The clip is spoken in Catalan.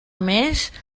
més